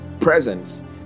presence